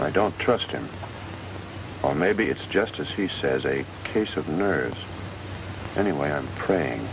i don't trust him on maybe it's just as he says a case of nerves anyway i'm praying